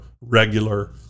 regular